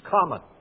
common